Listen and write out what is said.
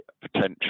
potential